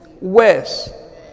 West